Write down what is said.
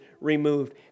removed